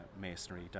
masonry